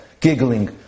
giggling